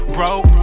Broke